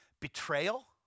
Betrayal